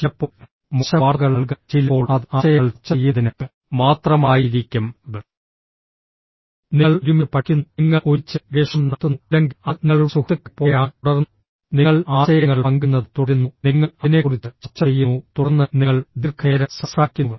ചിലപ്പോൾ മോശം വാർത്തകൾ നൽകാൻ ചിലപ്പോൾ അത് ആശയങ്ങൾ ചർച്ച ചെയ്യുന്നതിന് മാത്രമായിരിക്കും നിങ്ങൾ ഒരുമിച്ച് പഠിക്കുന്നു നിങ്ങൾ ഒരുമിച്ച് ഗവേഷണം നടത്തുന്നു അല്ലെങ്കിൽ അത് നിങ്ങളുടെ സുഹൃത്തുക്കളെപ്പോലെയാണ് തുടർന്ന് നിങ്ങൾ ആശയങ്ങൾ പങ്കിടുന്നത് തുടരുന്നു നിങ്ങൾ അതിനെക്കുറിച്ച് ചർച്ച ചെയ്യുന്നു തുടർന്ന് നിങ്ങൾ ദീർഘനേരം സംസാരിക്കുന്നു